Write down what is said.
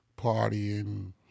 partying